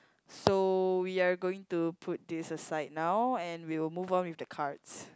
so we are going to put this aside now and we will move on with the cards